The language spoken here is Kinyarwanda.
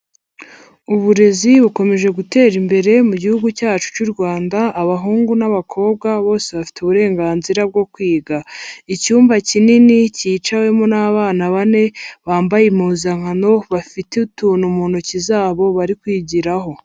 Uburezi bukomeje gutera imbere mu gihugu cyacu cy'u Rwanda, abahungu n'abakobwa bose bafite uburenganzira bwo kwiga. Icyumba kinini cyicawemo n'abana bane bambaye impuzankano, bafite utuntu mu ntoki zabo bari kwigiraho.